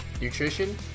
nutrition